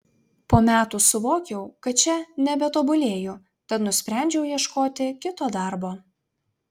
po metų suvokiau kad čia nebetobulėju tad nusprendžiau ieškoti kito darbo